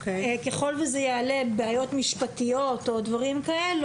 ככל וזה יעלה בעיות משפטיות או דברים כאלה,